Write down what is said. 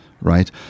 right